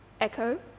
Echo